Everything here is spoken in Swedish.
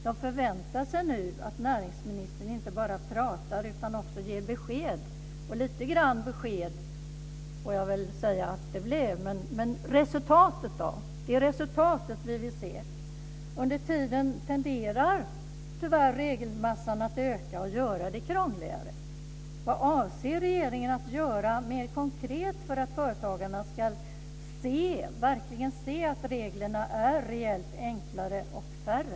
De förväntar sig nu att näringsministern inte bara pratar utan också ger besked. Och några besked blev det ju. Men resultatet då? Det är resultatet som vi vill se. Under tiden tenderar tyvärr regelmassan att öka och göra det krångligare. Vad avser regeringen att göra mer konkret för att företagarna verkligen ska se att reglerna är reellt enklare och färre?